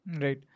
Right